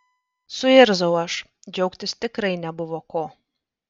suirzau aš džiaugtis tikrai nebuvo ko